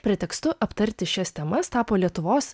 pretekstu aptarti šias temas tapo lietuvos